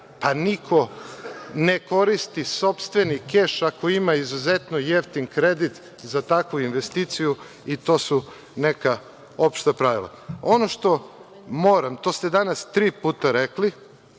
pa niko ne koristi sopstveni keš ako ima izuzetno jeftin kredit za takvu investiciju i to su neka opšta pravila. Ono što moram, to ste danas tri puta rekli,